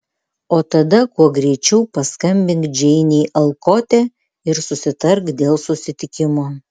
o tada kuo greičiau paskambink džeinei alkote ir susitark dėl susitikimo